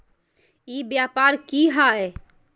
ई व्यापार की हाय?